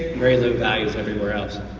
regular values everywhere else.